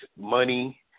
money